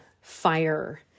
fire